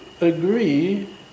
agree